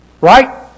Right